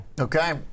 Okay